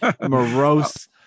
morose